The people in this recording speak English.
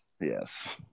Yes